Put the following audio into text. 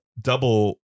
double